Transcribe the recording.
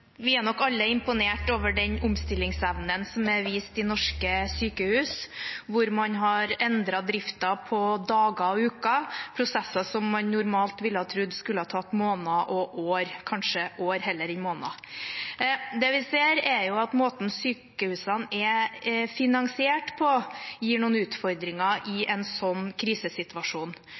Vi er nok alle imponert over den omstillingsevnen som er vist i norske sykehus, hvor man har endret driften på dager og uker, prosesser som man normalt ville ha trodd skulle ha tatt måneder og år, og kanskje år heller enn måneder. Det vi ser, er at måten sykehusene er finansiert på, gir noen utfordringer i en slik krisesituasjon.